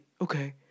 Okay